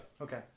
Okay